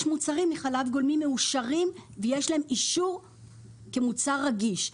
יש מוצרים מחלב גולמי מאושרים ויש להם אישור כמוצר רגיש.